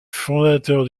fondateur